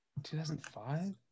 2005